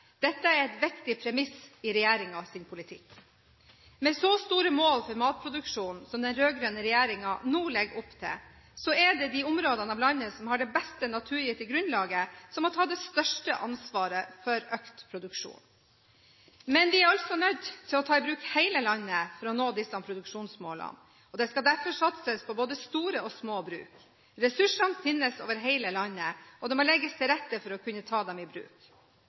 Dette er et viktig premiss i regjeringens politikk. Med så store mål for matproduksjonen som den rød-grønne regjeringen nå legger opp til, er det de områdene av landet som har det beste naturgitte grunnlaget, som må ta det største ansvaret for økt produksjon. Men vi er altså nødt til å ta i bruk hele landet for å nå disse produksjonsmålene, og det skal derfor satses på både store og små bruk. Ressursene finnes over hele landet, og det må legges til rette for å kunne ta dem i bruk.